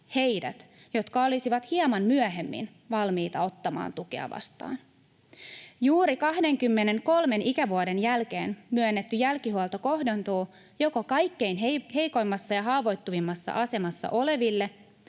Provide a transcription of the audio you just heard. heidät, jotka olisivat hieman myöhemmin valmiita ottamaan tukea vastaan. Juuri 23 ikävuoden jälkeen myönnetty jälkihuolto kohdentuu joko kaikkein heikoimmassa ja haavoittuvimmassa asemassa oleville